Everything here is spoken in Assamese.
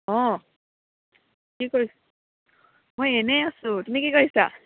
কি কৰিছা মই এনেই আছোঁ তুমি কি কৰিছা